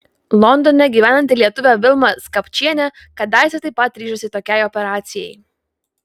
londone gyvenanti lietuvė vilma skapčienė kadaise taip pat ryžosi tokiai operacijai